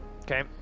Okay